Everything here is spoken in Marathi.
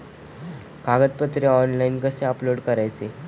कागदपत्रे ऑनलाइन कसे अपलोड करायचे?